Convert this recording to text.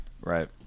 Right